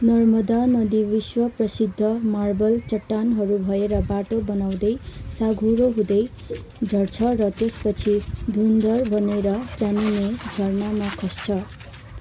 नर्मदा नदी विश्व प्रसिद्ध मार्बल चट्टानहरू भएर बाटो बनाउँदै साँघुरो हुँदै झर्छ र त्यसपछि धुन्धर भनेर जानिने झरनामा खस्छ